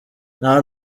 nta